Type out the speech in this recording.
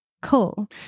cool